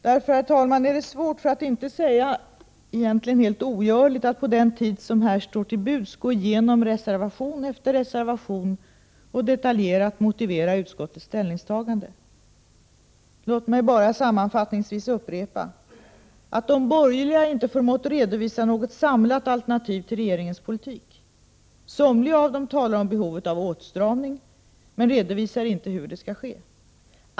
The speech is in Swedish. Därför, herr talman, är det svårt, för att inte säga helt ogörligt, att på den tid som här står till buds gå igenom reservation efter reservation och detaljerat motivera utskottets ställningstaganden. Låt mig bara sammanfattningsvis upprepa att de borgerliga inte förmått redovisa något samlat alternativ till regeringens politik. Somliga av dem talar om behovet av åtstramning, men redovisar inte hur det skall ske.